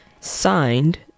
signed